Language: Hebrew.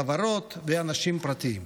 חברות ואנשים פרטיים.